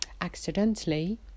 accidentally